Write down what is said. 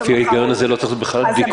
לפי ההיגיון הזה לא צריך לעשות בכלל בדיקות.